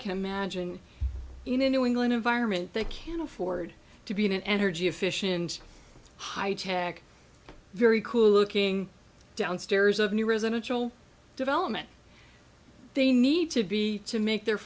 can imagine you know new england environment they can afford to be an energy efficient high tech very cool looking downstairs of new residential development they need to be to make their